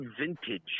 vintage